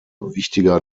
wichtiger